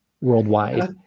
worldwide